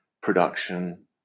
production